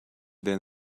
than